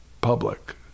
public